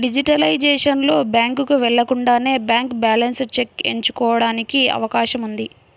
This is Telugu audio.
డిజిటలైజేషన్ లో, బ్యాంకుకు వెళ్లకుండానే బ్యాంక్ బ్యాలెన్స్ చెక్ ఎంచుకోవడానికి అవకాశం ఉంది